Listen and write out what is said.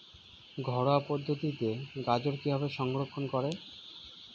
ঘরোয়া পদ্ধতিতে গাজর কিভাবে সংরক্ষণ করা?